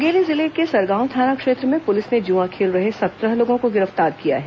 मुंगेली जिले के सरगांव थाना क्षेत्र में पुलिस ने जुआं खेल रहे सत्रह लोगों को गिरफ्तार किया है